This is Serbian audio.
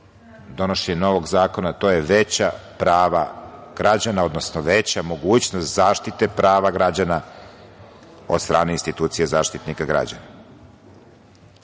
donošenje novog zakona, to su veća prava građana, odnosno veća mogućnost zaštite prava građana od stane institucije Zaštitnika građana. Zakon